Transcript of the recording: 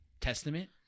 testament